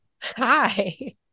Hi